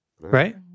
Right